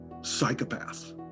psychopath